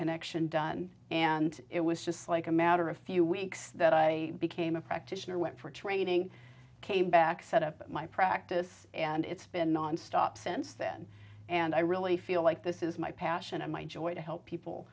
reconnection done and it was just like a matter of few weeks that i became a practitioner went for training came back set up my practice and it's been nonstop since then and i really feel like this is my passion and my joy to help people